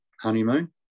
honeymoon